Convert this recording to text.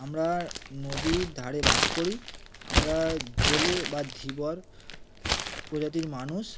আমরা নদীর ধারে বাস করি আমরা জেলে বা ধীবর প্রজাতির মানুষ